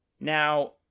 Now